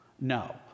No